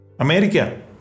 America